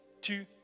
two